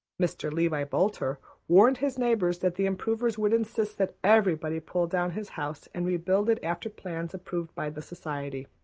mr. levi boulter warned his neighbors that the improvers would insist that everybody pull down his house and rebuild it after plans approved by the society.